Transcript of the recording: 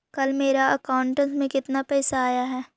कल मेरा अकाउंटस में कितना पैसा आया ऊ?